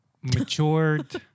matured